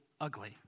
ugly